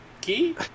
Key